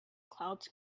clouds